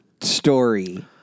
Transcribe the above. story